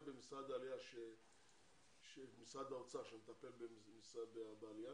במשרד האוצר שמטפל בעלייה,